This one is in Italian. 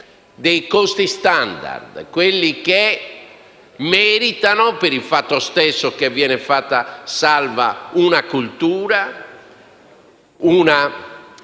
dei costi *standard*. Quelle che meritano - per il fatto stesso che vengono fatte salve una cultura, una